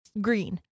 green